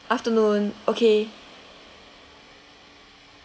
afternoon okay